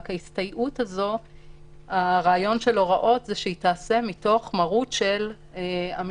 רק שהרעיון בהוראות היא שההסתייעות תיעשה מתוך מרות של המשטרה,